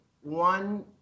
one